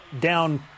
down